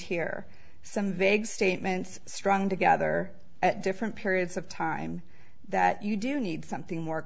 here some vague statements strung together at different periods of time that you do need something more